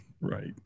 Right